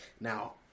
Now